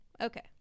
Okay